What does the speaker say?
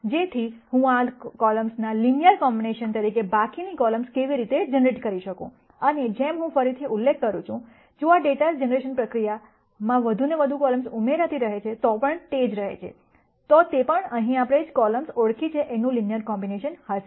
જેથી હું આ કોલમ્સના લિનયર કોમ્બિનેશન તરીકે બાકીની કોલમ્સ કેવી રીતે જનરેટ કરી શકું અને જેમ હું ફરીથી ઉલ્લેખ કરું છું જો ડેટા જનરેશન પ્રક્રિયા આમાં વધુને વધુ કોલમ્સ ઉમેરતી રહે છે તો પણ તે જ રહે છે તો તે પણ અહીં આપણે જે કોલમ્સ ઓળખી છે એનું લિનયર કોમ્બિનેશન હશે